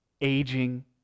aging